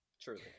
Truly